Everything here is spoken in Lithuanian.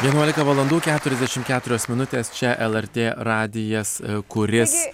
vienuolika valandų keturiasdešim keturios minutės čia lrt radijas kuris